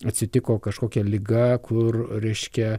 atsitiko kažkokia liga kur reiškia